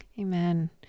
Amen